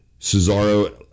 cesaro